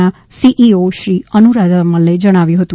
ના સીઇઓ શ્રી અનુરાધા મલે જણાવ્યું હતું